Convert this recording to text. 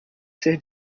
ser